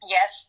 Yes